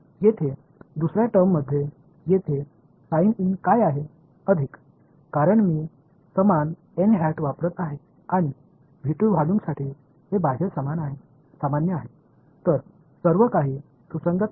येथे दुसर्या टर्ममध्ये येथे साइन इन काय आहे अधिक कारण मी समान वापरत आहे आणि व्हॉल्यूमसाठी हे बाह्य सामान्य आहे तर सर्व काही सुसंगत आहे